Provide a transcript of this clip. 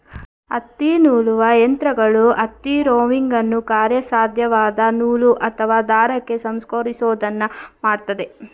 ಹತ್ತಿನೂಲುವ ಯಂತ್ರಗಳು ಹತ್ತಿ ರೋವಿಂಗನ್ನು ಕಾರ್ಯಸಾಧ್ಯವಾದ ನೂಲು ಅಥವಾ ದಾರಕ್ಕೆ ಸಂಸ್ಕರಿಸೋದನ್ನ ಮಾಡ್ತದೆ